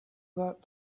that